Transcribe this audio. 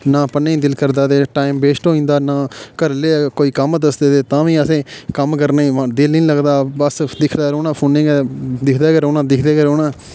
ना पढ़ने ई दिल करदा ते टाइम बेस्ट होई जन्दा घरै आह्ले कोई कम्म दसदे ते तां बी असें क'म्म करने ई दिल निं लगदा बस दिक्खदे रौह्ना फोनै ई दिक्खदे गै रौह्ना दिक्खदे गै रौह्ना